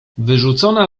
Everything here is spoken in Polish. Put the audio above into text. wyrzucona